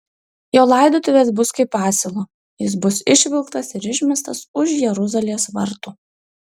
jo laidotuvės bus kaip asilo jis bus išvilktas ir išmestas už jeruzalės vartų